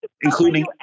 including